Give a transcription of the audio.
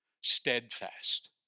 Steadfast